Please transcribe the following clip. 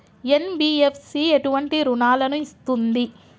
NBFC ఎటువంటి రుణాలను ఇస్తుంది?